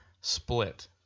split